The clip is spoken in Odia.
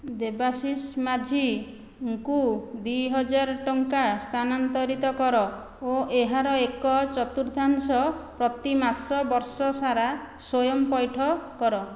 ଦେବାଶିଷ ମାଝୀଙ୍କୁ ଦୁଇ ହଜାର ଟଙ୍କା ସ୍ଥାନାନ୍ତରିତ କର ଓ ଏହାର ଏକ ଚତୁର୍ଥାଂଶ ପ୍ରତିମାସ ବର୍ଷ ସାରା ସ୍ଵୟଂ ପୈଠ କର